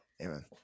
Amen